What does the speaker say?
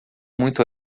muito